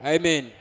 Amen